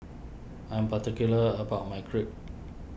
I'm particular about my Crepe